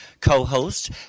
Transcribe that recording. co-host